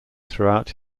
throughout